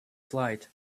flight